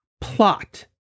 plot